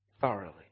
thoroughly